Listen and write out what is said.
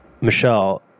Michelle